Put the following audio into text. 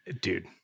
dude